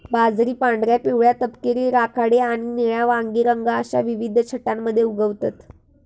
बाजरी पांढऱ्या, पिवळ्या, तपकिरी, राखाडी आणि निळ्या वांगी रंग अश्या विविध छटांमध्ये उगवतत